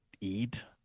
eat